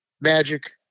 Magic